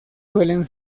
suelen